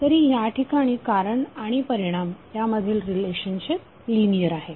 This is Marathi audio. तरी या ठिकाणी कारण आणि परिणाम यामधील रिलेशनशिप लिनियर आहे